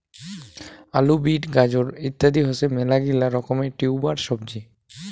আলু, বিট, গাজর ইত্যাদি হসে মেলাগিলা রকমের টিউবার সবজি